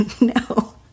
no